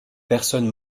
personnes